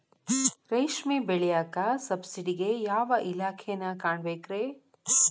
ರೇಷ್ಮಿ ಬೆಳಿಯಾಕ ಸಬ್ಸಿಡಿಗೆ ಯಾವ ಇಲಾಖೆನ ಕಾಣಬೇಕ್ರೇ?